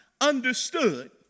understood